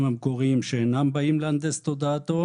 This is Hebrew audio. המקוריים שאינם באים להנדס תודעתו?